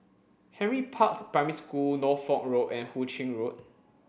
Henry Parks Primary School Norfolk Road and Hu Ching Road